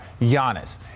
Giannis